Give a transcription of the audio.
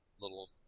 little